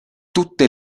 tutte